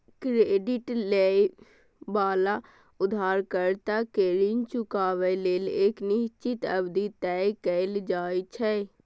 credit लए बला उधारकर्ता कें ऋण चुकाबै लेल एक निश्चित अवधि तय कैल जाइ छै